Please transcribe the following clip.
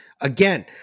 Again